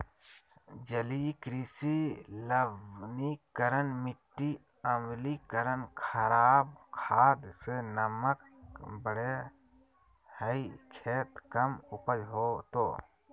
जलीय कृषि लवणीकरण मिटी अम्लीकरण खराब खाद से नमक बढ़े हइ खेत कम उपज होतो